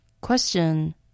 Question